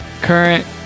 Current